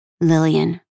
Lillian